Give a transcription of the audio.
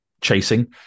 chasing